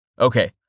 Okay